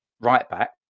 right-back